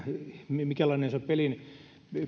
minkälainen on se